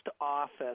office